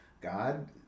god